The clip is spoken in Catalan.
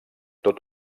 tot